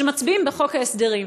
שמצביעים בחוק ההסדרים.